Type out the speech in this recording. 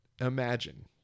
Imagine